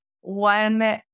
one